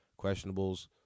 Questionables